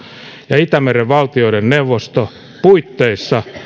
ja itämeren valtioiden neuvosto puitteissa